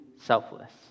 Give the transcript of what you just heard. selfless